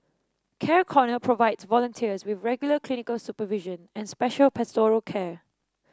Care Corner provides volunteers with regular clinical supervision and special pastoral care